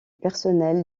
personnel